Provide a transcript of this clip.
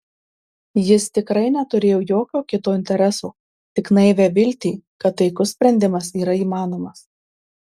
jis tikrai neturėjo jokio kito intereso tik naivią viltį kad taikus sprendimas yra įmanomas